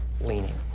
leaning